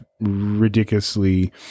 ridiculously